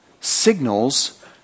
signals